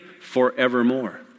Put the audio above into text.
forevermore